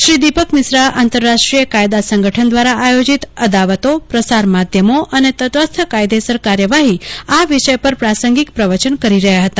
શ્રી દિપક મિશ્રા આંતરરાષ્ટ્રીય કાયદા સંગઠન દ્વારા આયોજીત અદાવતો પ્રસાર માધ્યમો અને તટસ્થ કાયદેસર કાર્યવાહી આ વિષય ઉપર પ્રાસંગીક પ્રવચન કરી રહ્યા હતા